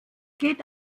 geht